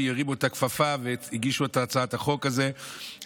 הרימו את הכפפה והגישו את הצעת החוק הזאת.